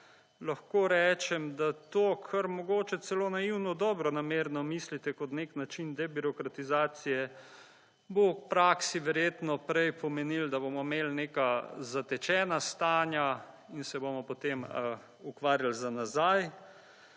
lahko rečem, da to kar mogoče celo naivno dobronamerno mislite kot nek način debirokratizacije bo v praksi verjetno prej pomenilo, da bomo imeli neka zatečena stanja in se bomo potem ukvarjali za nazaj.